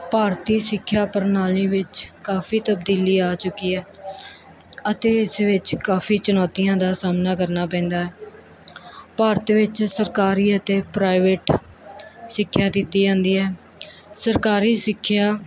ਭਾਰਤੀ ਸਿੱਖਿਆ ਪ੍ਰਣਾਲੀ ਵਿੱਚ ਕਾਫੀ ਤਬਦੀਲੀ ਆ ਚੁੱਕੀ ਹੈ ਅਤੇ ਇਸ ਵਿੱਚ ਕਾਫੀ ਚੁਨੌਤੀਆਂ ਦਾ ਸਾਹਮਣਾ ਕਰਨਾ ਪੈਂਦਾ ਭਾਰਤ ਵਿੱਚ ਸਰਕਾਰੀ ਅਤੇ ਪ੍ਰਾਈਵੇਟ ਸਿੱਖਿਆ ਦਿੱਤੀ ਜਾਂਦੀ ਹੈ ਸਰਕਾਰੀ ਸਿੱਖਿਆ